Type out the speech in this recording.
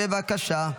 בבקשה.